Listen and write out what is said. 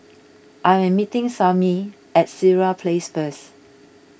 I am meeting Sammie at Sireh Place first